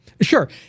Sure